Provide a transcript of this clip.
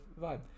vibe